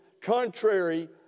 contrary